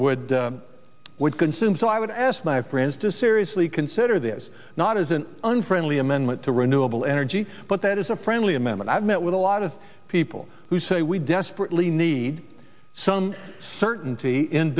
would would consume so i would ask my friends to seriously consider this not as an unfriendly amendment to renewable energy but that is a friendly amendment i've met with a lot of people who say we desperately need some certainty in